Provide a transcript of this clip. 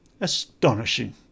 Astonishing